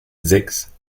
sechs